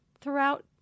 throughout